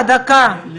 פחות